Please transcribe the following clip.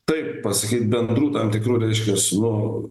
taip pasakyt bendrų tam tikrų reiškias nu